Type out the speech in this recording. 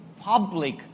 public